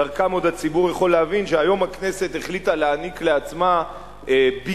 דרכם עוד הציבור יכול להבין שהיום הכנסת החליטה להעניק לעצמה ביגוד,